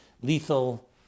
lethal